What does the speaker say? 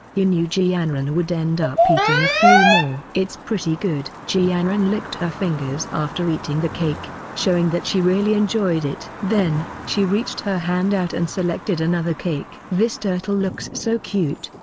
he knew ji yanran would end up eating a few more. it's pretty good. ji yanran licked her fingers after eating the cake, showing that she really enjoyed it. then, she reached her hand out and selected another cake. this turtle looks so cute,